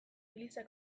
eliza